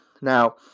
now